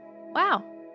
Wow